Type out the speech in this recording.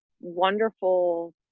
wonderful